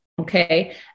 Okay